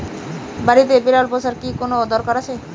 বাড়িতে বিড়াল পোষার কি কোন দরকার আছে?